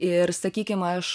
ir sakykim aš